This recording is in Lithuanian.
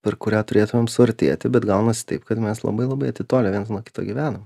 per kurią turėtumėm suartėti bet gaunasi taip kad mes labai labai atitolę vienas nuo kito gyvenam